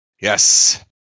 Yes